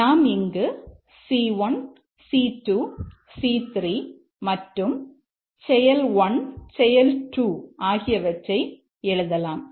ஆகவே நாம் இங்கு C1 C2 C3 மற்றும் செயல் 1 செயல் 2 ஆகியவற்றை எழுதலாம்